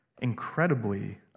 incredibly